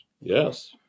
Yes